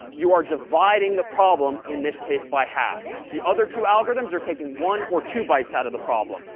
you are dividing the problem, in this case, by half. the other two algorithms are taking one or two bites out of the problem.